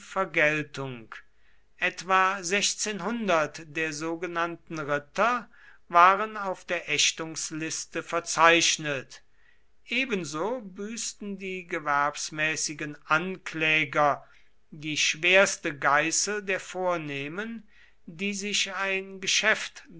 vergeltung etwa sechzehnhundert der sogenannten ritter waren auf der ächtungsliste verzeichnet ebenso büßten die gewerbsmäßigen ankläger die schwerste geißel der vornehmen die sich ein geschäft